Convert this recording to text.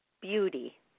beauty